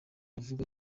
avuga